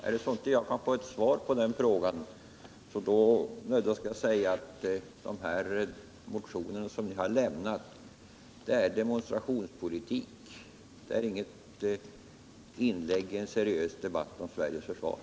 Kan jag inte få ett svar på den frågan, nödgas jag säga att er motion är demonstralionspolitik och inget inlägg i en seriös debatt om Sveriges försvar.